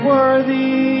Worthy